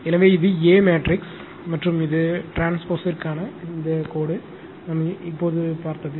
எனவே இது A matrix மற்றும் இது ட்ரான்ஸ்போஸ் ற்கான இந்த கோடு நாம் இப்போது பார்த்தது